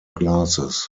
glasses